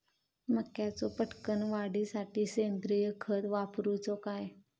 मक्याचो पटकन वाढीसाठी सेंद्रिय खत वापरूचो काय?